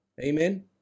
Amen